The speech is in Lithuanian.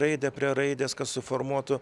raidę raidę prie raidės kad suformuotų